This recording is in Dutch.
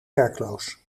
werkloos